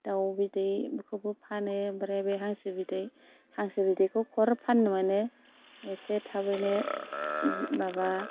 दाव बिदै बेखौबो फानो ओमफ्राय बे हांसो बिदै हांसो बिदैखौ फाननो मोनो एसे थाबैनो जि माबा